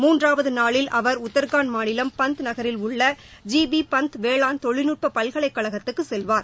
மூன்றாவது நாளில் அவர் உத்தரகாண்ட மாநிலம் பந்த் நகரில் உள்ள ஜிபி பந்த் வேளாண் தொழில்நுட்ப பல்கலைகழகத்துக்கு செல்வார்